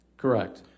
Correct